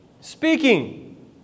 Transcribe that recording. Speaking